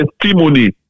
testimony